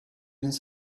his